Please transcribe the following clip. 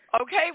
Okay